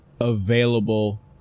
available